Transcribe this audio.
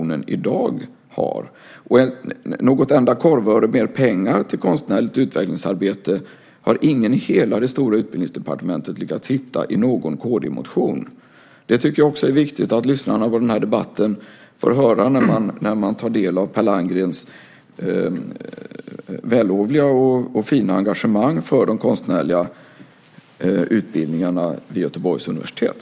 Ingen i det stora Utbildningsdepartementet har lyckats hitta ett enda korvöre mer till konstnärligt utvecklingsarbete i någon kd-motion. Det tycker jag också är viktigt att de som lyssnar på den här debatten får höra när de tar del av Per Landgrens vällovliga engagemang för de konstnärliga utbildningarna vid Göteborgs universitet.